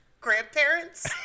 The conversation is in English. grandparents